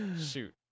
Shoot